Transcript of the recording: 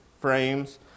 frames